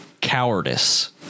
Cowardice